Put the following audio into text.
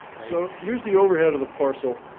so here's the overhead of the parcel.